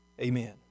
amen